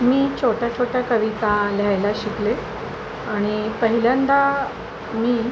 मी छोट्या छोट्या कविता लिहायला शिकले आणि पहिल्यांदा मी